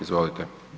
Izvolite.